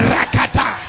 Rakata